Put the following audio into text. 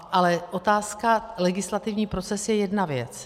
Ale otázka legislativní proces je jedna věc.